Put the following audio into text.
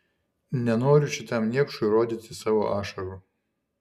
nenoriu šitam niekšui rodyti savo ašarų